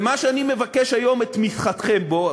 ומה שאני מבקש היום את תמיכתכם בו,